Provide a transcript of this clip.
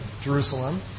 Jerusalem